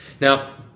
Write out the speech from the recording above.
Now